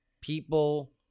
people